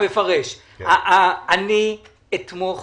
אתמוך